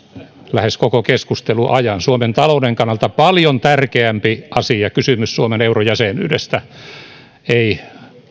lähes koko keskustelun ajan suomen talouden kannalta paljon tärkeämpi asia kysymys suomen eurojäsenyydestä ei